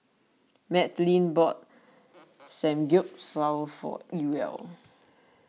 Madlyn bought Samgyeopsal for Ewell